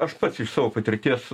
aš pats iš savo patirties